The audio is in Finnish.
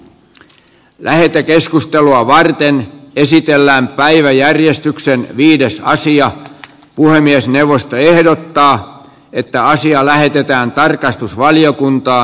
nyt lähetekeskustelua varten esitellään päiväjärjestyksen viides sija puhemiesneuvosto ehdottaa että asia lähetetään tarkastusvaliokuntaan